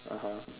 (uh huh)